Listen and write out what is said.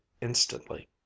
instantly